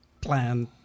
plan